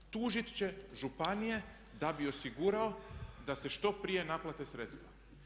Tužiti će županije da bi osigurao da se što prije naplate sredstva.